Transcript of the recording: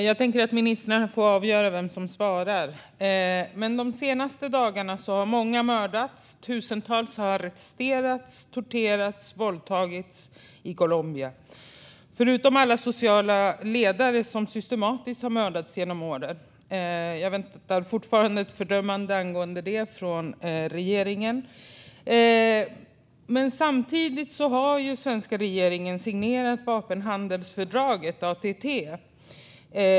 Fru talman! Ministrarna får avgöra vem som ska svara på min fråga. De senaste dagarna har många mördats och tusentals arresterats, torterats och våldtagits i Colombia. Dessutom har många sociala ledare systematiskt mördats genom åren, och jag väntar fortfarande på ett fördömande av detta från regeringen. Samtidigt har den svenska regeringen signerat vapenhandelsfördraget ATT.